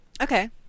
Okay